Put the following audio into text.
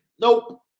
Nope